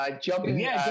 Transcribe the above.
jumping